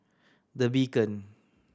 The Beacon